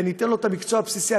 וניתן לו את המקצוע הבסיסי.